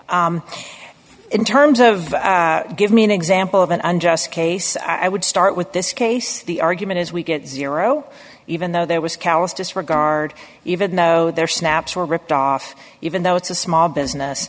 in terms of give me an example of an unjust case i would start with this case the argument is we get zero even though there was callous disregard even though there snaps were ripped off even though it's a small business